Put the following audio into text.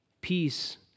peace